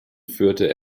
führte